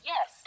Yes